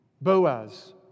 Boaz